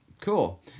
Cool